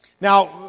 Now